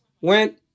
Went